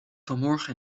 vanmorgen